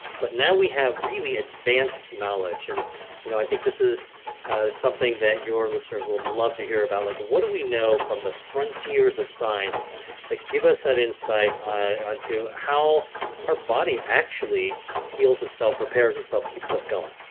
but now we have really advanced knowledge. and you know i think this is something that your listeners will love to hear about. like what do we know from the frontiers of science that give us that insight onto how our body actually heals itself, repairs itself keeps us going?